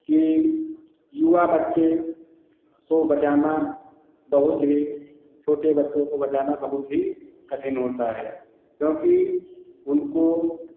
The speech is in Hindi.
कि युवा बच्चे को बचाना बहुत ही छोटे बच्चों को बचाना बहुत की कठिन होता है क्योंकि उनको